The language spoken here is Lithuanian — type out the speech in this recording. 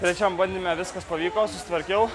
trečiam bandyme viskas pavyko susitvarkiau